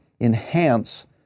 enhance